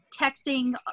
texting